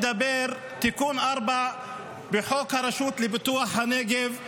תיקון 4 בחוק הרשות לפיתוח הנגב,